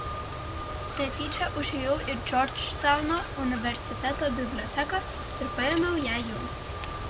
netyčia užėjau į džordžtauno universiteto biblioteką ir paėmiau ją jums